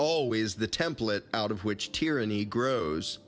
always the template out of which tyranny grows